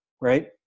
right